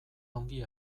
ongi